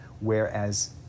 Whereas